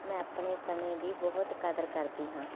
ਮੈਂ ਆਪਣੇ ਸਮੇਂ ਦੀ ਬਹੁਤ ਕਦਰ ਕਰਦੀ ਹਾਂ